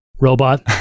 robot